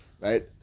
Right